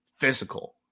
Physical